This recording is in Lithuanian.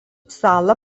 salą